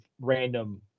random